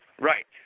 Right